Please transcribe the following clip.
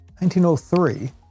1903